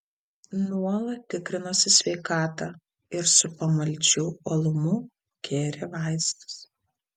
nuolat tikrinosi sveikatą ir su pamaldžiu uolumu gėrė vaistus